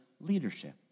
leadership